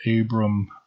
Abram